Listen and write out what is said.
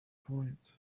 point